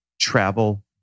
travel